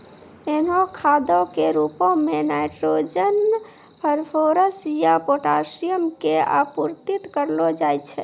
एहनो खादो के रुपो मे नाइट्रोजन, फास्फोरस या पोटाशियम के आपूर्ति करलो जाय छै